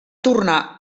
tornar